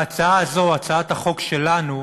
וההצעה הזו, הצעת החוק שלנו,